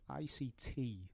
ICT